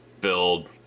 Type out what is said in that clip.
build